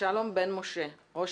אני